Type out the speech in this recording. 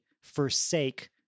forsake